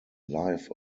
life